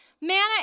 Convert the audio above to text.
Manna